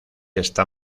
está